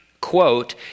quote